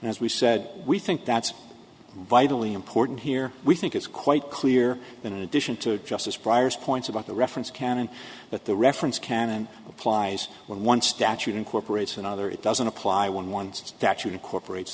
as we said we think that's vitally important here we think it's quite clear that in addition to justice briar's points about the reference canon that the reference canon applies when one statute incorporates another it doesn't apply when one statute incorporates